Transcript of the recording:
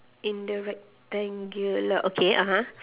in the rectangular okay (uh huh)